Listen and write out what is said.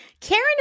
Karen